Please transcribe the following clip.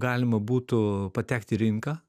galima būtų patekt į rinką